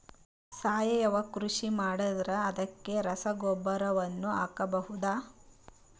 ಸಾವಯವ ಕೃಷಿ ಮಾಡದ್ರ ಅದಕ್ಕೆ ರಸಗೊಬ್ಬರನು ಹಾಕಬಹುದಾ?